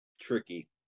tricky